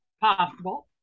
Possible